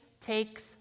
takes